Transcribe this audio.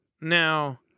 Now